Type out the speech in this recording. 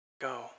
go